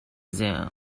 zoom